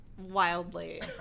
Wildly